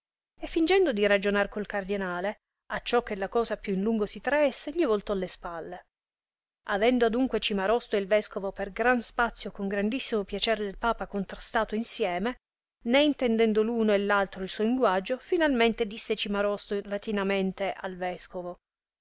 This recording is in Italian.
e fingendo di ragionar col cardinale acciò che la cosa più in lungo si traesse gli voltò le spalle avendo adunque cimarosto e il vescovo per gran spazio con grandissimo piacer del papa contrastato insieme né intendendo l'uno e l'altro il suo linguaggio finalmente disse cimarosto latinamente al vescovo